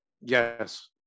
Yes